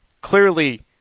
clearly